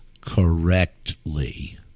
correctly